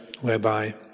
whereby